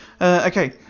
Okay